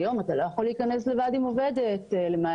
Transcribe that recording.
היום אתה לא יכול להיכנס לבד עם עובדת למעלית,